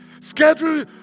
Schedule